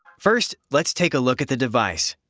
first, let's take a look at the device.